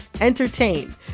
entertain